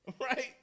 right